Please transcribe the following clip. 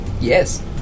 Yes